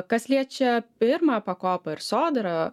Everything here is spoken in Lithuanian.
kas liečia pirmą pakopą ir sodrą